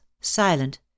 silent